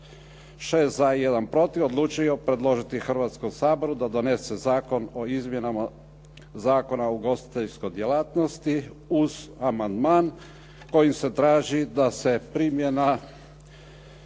6 za i 1 protiv odlučio predložiti Hrvatskom saboru da donese Zakon o izmjenama Zakona o ugostiteljskoj djelatnosti uz amandman kojim se traži da se primjena